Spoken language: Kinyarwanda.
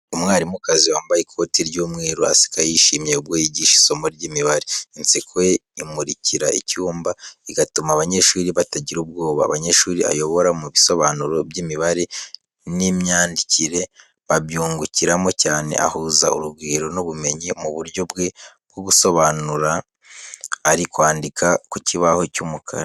Umwarimukazi wambaye ikoti ry'umweru aseka yishimye ubwo yigisha isomo ry'imibare. Inseko ye imurikira icyumba, igatuma abanyeshuri batagira ubwoba. Abanyeshuri ayobora mu bisobanuro by’imibare n’imyandikire babyungukiramo cyane, ahuza urugwiro n’ubumenyi mu buryo bwe bwo gusobanuram, ari kwandika ku kibaho cy'umukara.